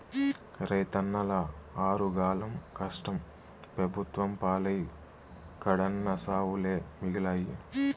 రైతన్నల ఆరుగాలం కష్టం పెబుత్వం పాలై కడన్నా సావులే మిగిలాయి